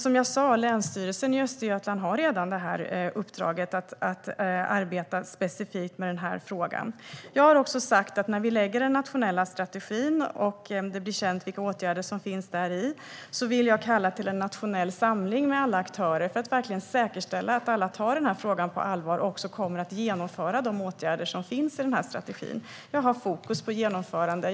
Som jag sa har Länsstyrelsen i Östergötland redan uppdraget att arbeta specifikt med den frågan. Jag har också sagt att när vi lägger fram den nationella strategin och det blir känt vilka åtgärder som finns däri vill jag kalla till en nationell samling med alla aktörer för att verkligen säkerställa att alla tar frågan på allvar och också kommer att vidta de åtgärder som finns i strategin. Jag har fokus på genomförande.